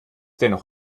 dennoch